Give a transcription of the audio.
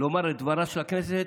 את דברה של הכנסת,